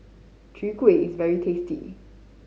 Chwee Kueh is very tasty